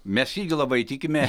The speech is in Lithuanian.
mes irgi labai tikimės